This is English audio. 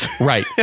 right